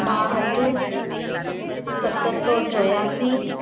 ॿाहठि सत सौ चौरासी